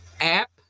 app